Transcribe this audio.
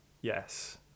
yes